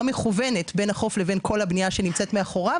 מכוונת בין החוף לבין כל הבנייה שנמצאת מאחוריו.